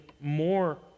more